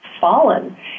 fallen